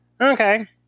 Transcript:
okay